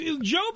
Joe